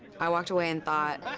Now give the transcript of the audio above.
i walked away and thought,